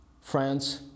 France